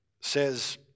says